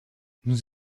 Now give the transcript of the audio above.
nous